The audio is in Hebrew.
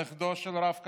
נכדו של הרב קנייבסקי,